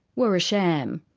were a sham.